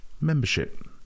membership